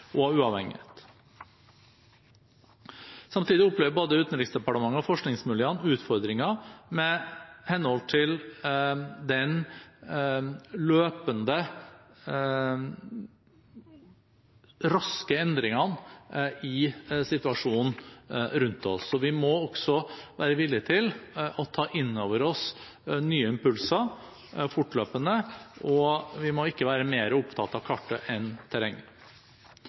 og uavhengighet. Samtidig opplever både Utenriksdepartementet og forskningsmiljøene utfordringer med hensyn til de raske endringene i situasjonen rundt oss. Vi må også være villig til å ta inn over oss nye impulser fortløpende, og vi må ikke være mer opptatt av kartet enn av terrenget.